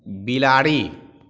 बिलाड़ि